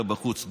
אתה בחוץ,